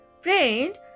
Friend